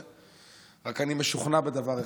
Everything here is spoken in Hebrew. רק אני משוכנע בדבר אחד,